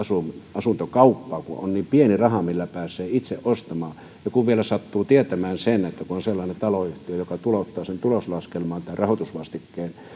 asuntokauppaa kun on niin pieni raha millä pääsee itse ostamaan ja kun vielä sattuu tietämään sen että on sellainen taloyhtiö joka tulouttaa tuloslaskelmaan tämän rahoitusvastikkeen